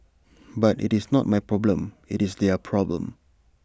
but IT is not my problem IT is their problem